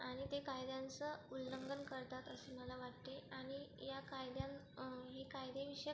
आणि ते कायद्यांचं उल्लंघन करतात असं मला वाटते आणि या कायद्यां हे कायदेविषयक